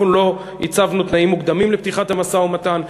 אנחנו לא הצבנו תנאים מוקדמים לפתיחת המשא-ומתן,